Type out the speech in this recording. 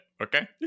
Okay